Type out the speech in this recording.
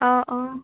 অঁ অঁ